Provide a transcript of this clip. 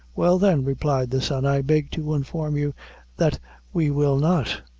well, then, replied the son, i beg to inform you that we will not.